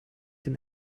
den